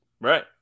Right